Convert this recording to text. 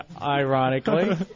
ironically